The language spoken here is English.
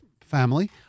family